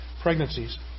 pregnancies